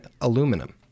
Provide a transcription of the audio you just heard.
aluminum